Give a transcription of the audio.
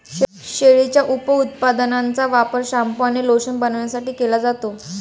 शेळीच्या उपउत्पादनांचा वापर शॅम्पू आणि लोशन बनवण्यासाठी केला जातो